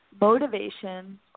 motivation